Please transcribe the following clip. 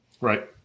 Right